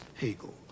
Hegel